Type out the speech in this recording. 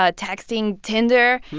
ah texting, tinder.